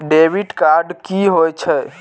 Debit card की होय छेय?